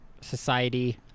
society